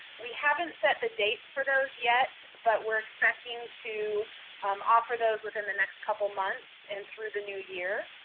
we haven't set the dates for those yet, but we're expecting to um offer those within the next couple months and through the new year.